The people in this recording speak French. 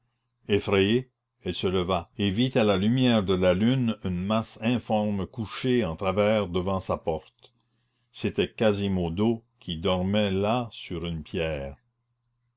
effrayée elle se leva et vit à la lumière de la lune une masse informe couchée en travers devant sa porte c'était quasimodo qui dormait là sur une pierre